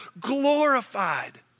glorified